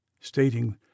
stating